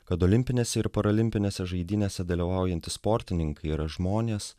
kad olimpinėse ir paralimpinėse žaidynėse dalyvaujantys sportininkai yra žmonės